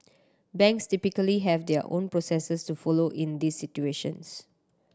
banks typically have their own processes to follow in these situations